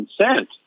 consent